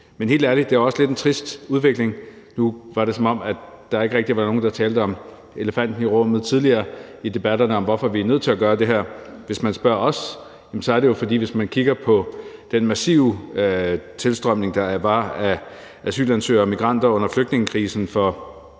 Men helt ærligt er det også en lidt trist udvikling. Nu var det, som om der ikke rigtig var nogen, der ville tale om elefanten i rummet tidligere i debatterne, nemlig hvorfor vi er nødt til at gøre det her, men det kan vi godt svare på. Hvis man kigger på den massive tilstrømning, der var af asylansøgere og migranter under flygtningekrisen for